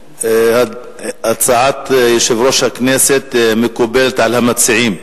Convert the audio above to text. הצעת יושב-ראש הכנסת מקובלת על המציעים.